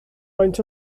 faint